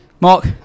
Mark